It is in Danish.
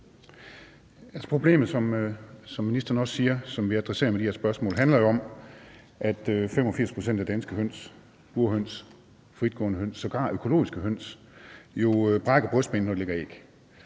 jo om, som ministeren også siger, at 85 pct. af danske høns – burhøns, fritgående høns, sågar økologiske høns – brækker brystbenet, når de lægger